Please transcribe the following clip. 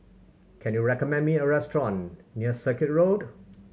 can you recommend me a restaurant near Circuit Road